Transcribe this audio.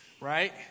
Right